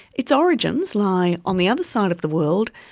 its origins lie on the other side of the world,